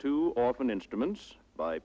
too often instruments by